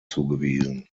zugewiesen